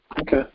Okay